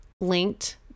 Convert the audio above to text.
linked